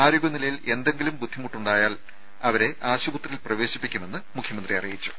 ആരോഗ്യ നിലയിൽ എന്തെങ്കും ബുദ്ധിമുട്ട് ഉണ്ടായാൽ അവരെ ആശുപത്രിയിൽ പ്രവേശിപ്പിക്കുമെന്നും മുഖ്യമന്ത്രി അറിയിച്ചു